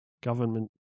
government